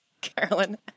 Carolyn